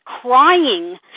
crying